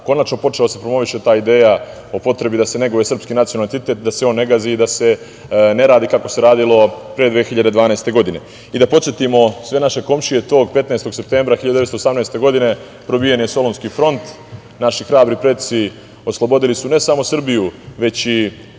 konačno počela da se promoviše ta ideja o potrebi da se neguje srpski nacionalni identitet, da se on ne gazi i da se ne radi kako se radilo pre 2012. godine. Da podsetimo sve naše komšije, tog 15. septembra 1918. godine probijen je Solunski front. Naši hrabri preci oslobodili su ne samo Srbiju, već i